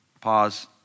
Pause